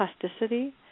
plasticity